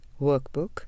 workbook